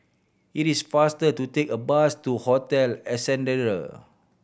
it is faster to take a bus to Hotel Ascendere